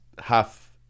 half